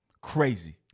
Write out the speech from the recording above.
Crazy